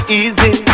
easy